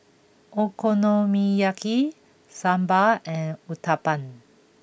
Okonomiyaki Sambar and Uthapam